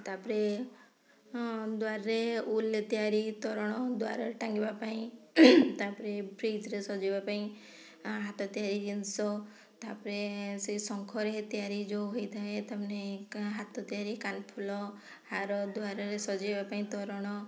ତା'ପରେ ହଁ ଦୁଆରରେ ଉଲ୍ରେ ତିଆରି ତୋରଣ ଦୁଆରରେ ଟାଙ୍ଗିବା ପାଇଁ ତା'ପରେ ଫ୍ରିଜ୍ରେ ସଜାଇବା ପାଇଁ ହାତ ତିଆରି ଜିନିଷ ତା'ପରେ ସେ ଶଙ୍ଖରେ ତିଆରି ଯେଉଁ ହେଇଥାଏ ତାମାନେ କା ହାତ ତିଆରି କାନ ଫୁଲ ହାର ଦୁଆରରେ ସଜାଇବା ପାଇଁ ତୋରଣ